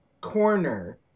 corner